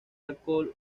alcohol